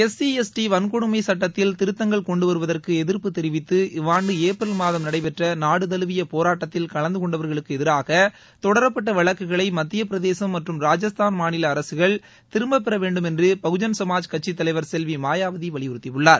S C S T வன்கொடுமை சட்டத்தில் திருத்தங்கள் கொண்டு வருவதற்கு எதிர்ப்பு தெரிவித்து இவ்வாண்டு ஏப்ரல் மாதம் நடைபெற்ற நாடு தழுவிய போராட்டத்தில் கலந்து கொண்டவர்களுக்கு எதிராக தொடரப்பட்ட வழக்குகளை மத்தியப் பிரதேசம் மற்றும் ராஜஸ்தான் மாநில அரசுகள் திரும்பப் பெற வேண்டும் என்று பகுஜன் சமாஜ் கட்சித் தலைவர் செல்வி மாயாவதி வலியுறுத்தியுள்ளார்